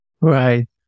right